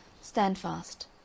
Standfast